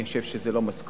אני חושב שזה לא משכורת.